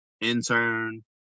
intern